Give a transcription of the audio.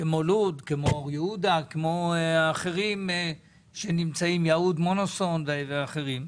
כמו לוד, כמו אור יהודה, כמו יהוד-מונוסון ואחרים.